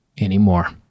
anymore